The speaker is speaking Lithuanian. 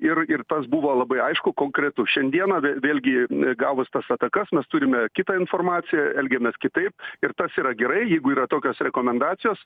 ir ir tas buvo labai aišku konkretu šiandieną vėlgi gavus tas atakas mes turime kitą informaciją elgiamės kitaip ir tas yra gerai jeigu yra tokios rekomendacijos